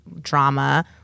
drama